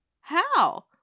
How